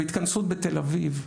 בהתכנסות בתל אביב,